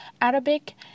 Arabic